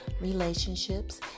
relationships